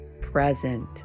present